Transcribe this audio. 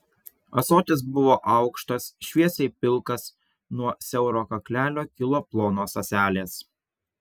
ąsotis buvo aukštas šviesiai pilkas nuo siauro kaklelio kilo plonos ąselės